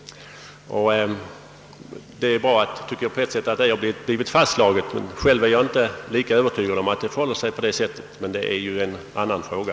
Det är bra att detta har blivit fastslaget. Själv är jag inte lika övertygad om att det inte är djurplågeri — men det är ju en annan fråga.